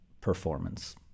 performance